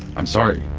i'm sorry.